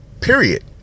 Period